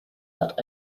that